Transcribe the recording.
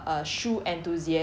mm